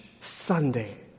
Sunday